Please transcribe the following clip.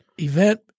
event